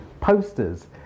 posters